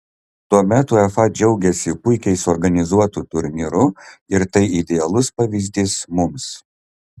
tuomet uefa džiaugėsi puikiai suorganizuotu turnyru ir tai idealus pavyzdys mums